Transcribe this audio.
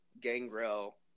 Gangrel